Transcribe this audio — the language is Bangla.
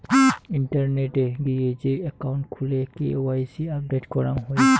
ইন্টারনেটে গিয়ে যে একাউন্ট খুলে কে.ওয়াই.সি আপডেট করাং হই